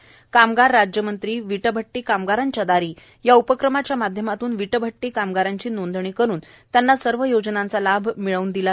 कामगार राज्यमंत्री विटभट्टी कामगारांच्या दारी या उपक्रमाच्या माध्यमातून वीटभट्टी कामगारांची नोंदणी करुन त्यांना सर्व योजनांचा लाभ मिळवून दिला जाईल